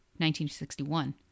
1961